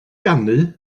ganu